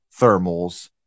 thermals